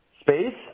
space